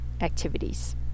activities